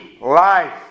life